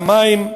למים,